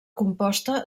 composta